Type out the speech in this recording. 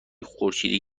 خورشیدی